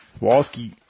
Walski